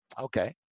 Okay